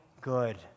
good